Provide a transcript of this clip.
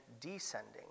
descending